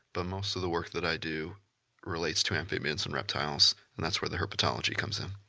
but most of the work that i do relates to amphibians and reptiles, and that's where the herpetology comes in.